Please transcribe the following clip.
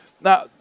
Now